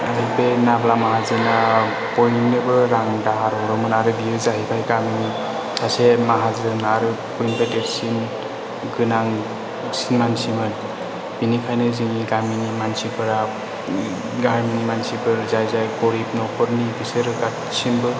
बे नाब्ला माहाजोना बयनोबो रां दाहार हरोमोन आरो बियो जाहैबाय गामिनि सासे माहाजोन आरो बयनिफ्राय देरसिन गोनांसिन मानसिमोन बिनिखायनो जोंनि गामिनि मानसिफोरा गामिनि मानसिफोर जाय जाय गोरिब न'खरनि बिसोरो दासिमबो